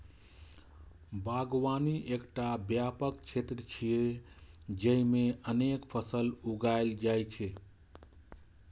बागवानी एकटा व्यापक क्षेत्र छियै, जेइमे अनेक फसल उगायल जाइ छै